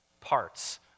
parts